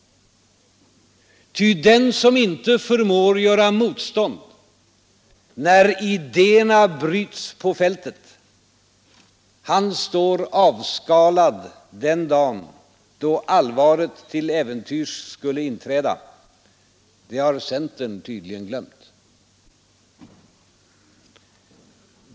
Ty den som inte förmår göra motstånd när idéerna bryts på fältet, han står avskalad-den dagen då allvaret till äventyrs skulle inträda. Det har centern tydligen glömt.